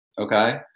Okay